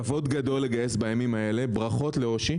כבוד גדול לגייס בימים אלו, ברכות ל-Oshi.